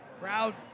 Crowd